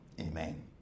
Amen